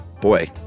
boy